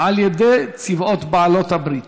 על ידי צבאות בעלות הברית.